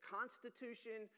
Constitution